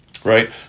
Right